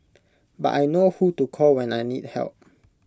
but I know who to call when I need help